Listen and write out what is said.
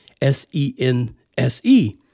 S-E-N-S-E